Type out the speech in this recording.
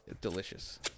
delicious